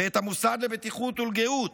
ואת המוסד לבטיחות ולגיהות,